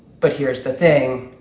but here's the thing,